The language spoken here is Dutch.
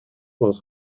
was